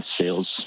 sales